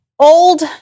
Old